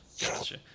Gotcha